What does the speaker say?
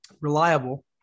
Reliable